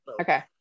okay